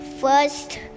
first